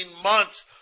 months